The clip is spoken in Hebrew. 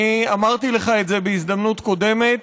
אמרתי לך בהזדמנות קודמת: